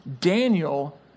Daniel